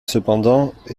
cependant